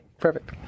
Perfect